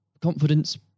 confidence